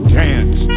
dance